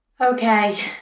Okay